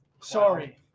Sorry